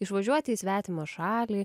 išvažiuoti į svetimą šalį